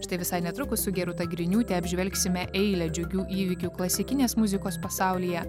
štai visai netrukus su gerūta griniūte apžvelgsime eilę džiugių įvykių klasikinės muzikos pasaulyje